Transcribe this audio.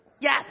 Yes